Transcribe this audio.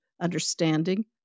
understanding